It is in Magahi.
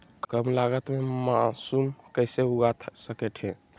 कम लगत मे भी मासूम कैसे उगा स्केट है?